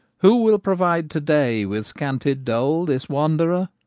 who will provide today with scanted dole this wanderer?